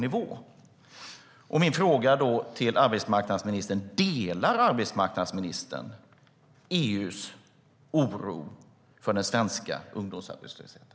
Därför blir min fråga: Delar arbetsmarknadsministern EU:s oro för den svenska ungdomsarbetslösheten?